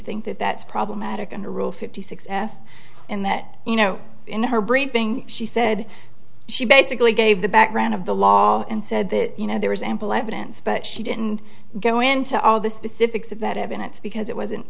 think that that's problematic and a rule fifty six f and that you know in her briefing she said she basically gave the background of the law and said that you know there was ample evidence but she didn't go into all the specifics of that evidence because it wasn't